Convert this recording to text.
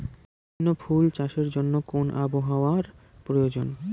বিভিন্ন ফুল চাষের জন্য কোন আবহাওয়ার প্রয়োজন?